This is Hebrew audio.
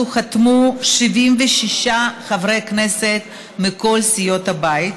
חתמו 76 חברי כנסת מכל סיעות הבית.